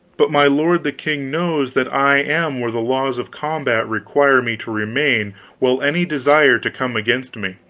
but my lord the king knows that i am where the laws of combat require me to remain while any desire to come against me.